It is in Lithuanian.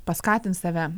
paskatint save